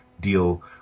deal